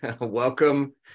welcome